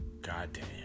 goddamn